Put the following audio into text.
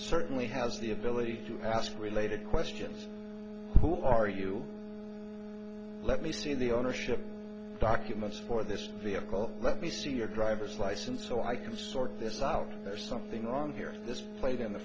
certainly has the ability to ask related questions who are you let me see the ownership documents for this vehicle let me see your driver's license so i can sort this out there's something wrong here this plate in the